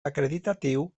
acreditatiu